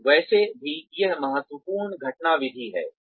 तो वैसे भी यह महत्वपूर्ण घटना विधि है